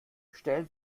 stellen